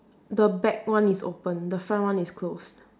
the back one is open the front one is closed